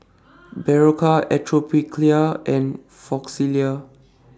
Berocca Atopiclair and Floxia